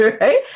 right